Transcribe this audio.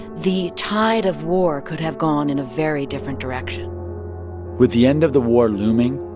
the tide of war could have gone in a very different direction with the end of the war looming,